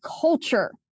culture